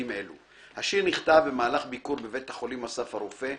השיר נכתב במהלך ביקור בבית החולים אסף הרופא,